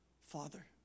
Father